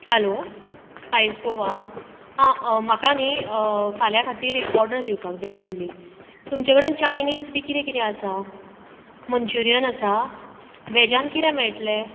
हालो spice Goa आं म्हाका नी फाल्यां खातीर एक ऑर्डर दिवपाक जाय आशिल्ली तुमचे कडेन चायनीज बी कितें कितें आसा मंचुरीन आसा वॅजान कितें मेळटलें